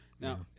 now